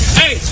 hey